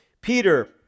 Peter